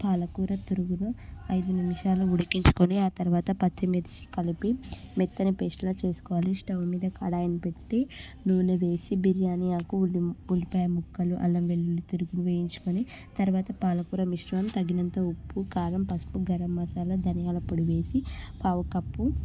పాలకూర తురుగులో ఐదు నిమిషాలు ఉడికించుకొని ఆ తర్వాత పచ్చిమిర్చి కలిపి మెత్తని పేస్టులా చేసుకోవాలి స్టవ్ మీద కడాయిని పెట్టి నూనె వేసి బిర్యానీ ఆకూ ఉల్లిపాయ ముక్కలు అల్లం వెల్లుల్లి తురుమును వేయించుకొని తర్వాత పాలకూర మిశ్రమం తగినంత ఉప్పు కారం పసుపు గరం మసాలా ధనియాల పొడి వేసి పావు కప్పు